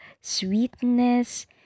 sweetness